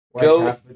Go